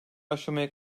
aşamaya